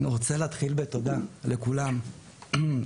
אני רוצה להתחיל בתודה לכולם ולומר לכם